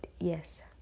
yes